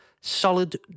solid